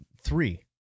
three